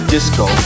Disco